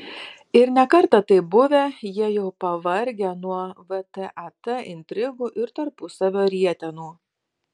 ir ne kartą taip buvę jie jau pavargę nuo vtat intrigų ir tarpusavio rietenų